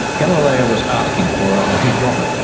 galileo was asking for it, and he got it,